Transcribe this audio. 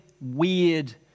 weird